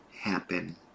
happen